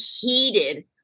heated